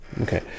Okay